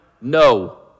No